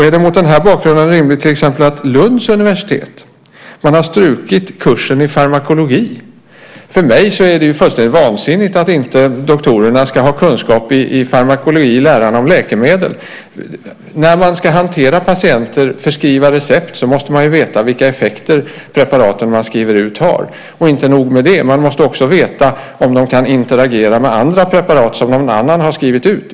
Är det mot den här bakgrunden rimligt att till exempel Lunds universitet har strukit kursen i farmakologi? För mig är det fullständigt vansinnigt att doktorerna inte ska ha kunskap i farmakologi, läran om läkemedel. När man ska hantera patienter och förskriva medicin måste man ju veta vilka effekter preparaten man skriver ut har. Och inte nog med det, man måste också veta om de kan interagera med andra preparat som någon annan har skrivit ut.